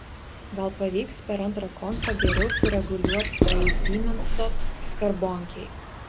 gal pavyks per antrą koncą geriau sureguliuot toj zymenso skarbonkėj